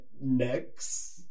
next